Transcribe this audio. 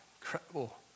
incredible